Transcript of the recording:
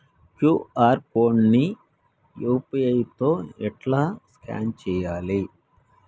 QR code ని UPI తోని ఎట్లా స్కాన్ చేయాలి?